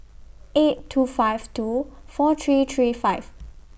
eight two five two four three three five